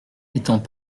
étant